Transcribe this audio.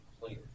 clear